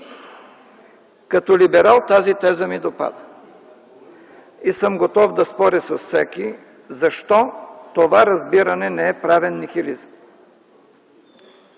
Като либерал тази теза ми допада и съм готов да споря с всеки защо това разбиране не е правен нихилизъм.